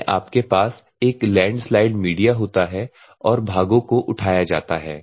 इसमें आपके पास एक लैंडस्लाइडिंग मीडिया होता है और भागों को उठाया जाता है